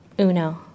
Uno